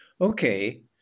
Okay